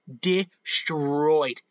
destroyed